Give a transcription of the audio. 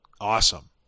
awesome